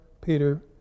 Peter